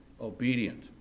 obedient